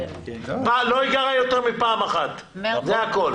לא ייגרע יותר מפעם אחת, זה הכול.